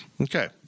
Okay